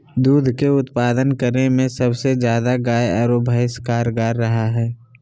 दूध के उत्पादन करे में सबसे ज्यादा गाय आरो भैंस कारगार रहा हइ